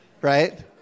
right